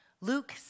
Luke